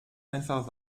einfach